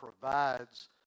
provides